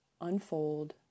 unfold